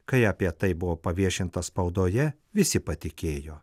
kai apie tai buvo paviešinta spaudoje visi patikėjo